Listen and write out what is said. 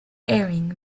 airing